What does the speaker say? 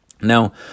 Now